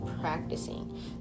practicing